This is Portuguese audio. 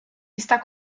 está